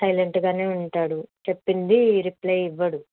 సైలెంట్గానే ఉంటాడు చెప్పింది రిప్లై ఇవ్వడు